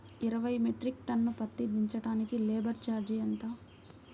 ఇరవై metric ton పత్తి దించటానికి లేబర్ ఛార్జీ ఎంత?